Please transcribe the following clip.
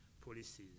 policies